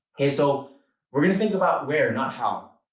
ok, so we're going to think about where. not how.